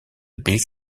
bill